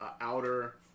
outer